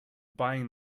buying